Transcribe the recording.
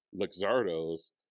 Luxardo's